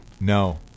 No